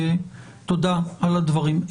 תודה על הדברים.